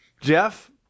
Jeff